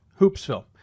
Hoopsville